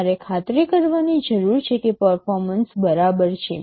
તમારે ખાતરી કરવાની જરૂર છે કે પર્ફોમન્સ બરાબર છે